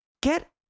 Get